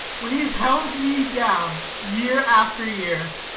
when he has held me down year after year!